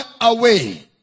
away